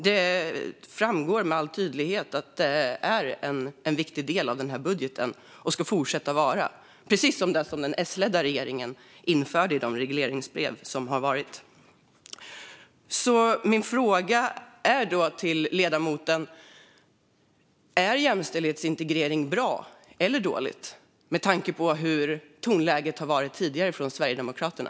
Det framgår med all tydlighet att det är en viktig del av budgeten och ska fortsätta att vara det - precis det som den S-ledda regeringen införde i tidigare regleringsbrev. Min fråga till ledamoten är då: Är jämställdhetsintegrering bra eller dåligt, med tanke på hur tonläget har varit tidigare från Sverigedemokraterna?